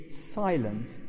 silent